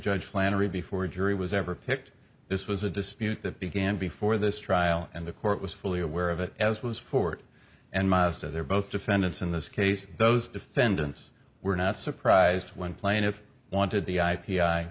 judge flannery before a jury was ever picked this was a dispute that began before this trial and the court was fully aware of it as was forward and most of their both defendants in this case those defendants were not surprised when plaintiff wanted the i